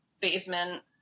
basement